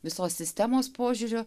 visos sistemos požiūriu